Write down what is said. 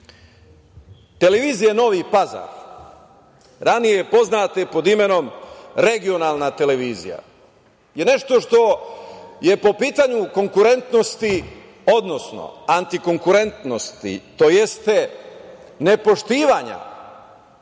televizije Novi Pazar, ranije poznate pod imenom Regionalna televizija, je nešto što je po pitanju konkurentnosti odnosno antikonkurentnosti, tj. nepoštovanja